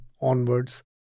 onwards